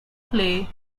play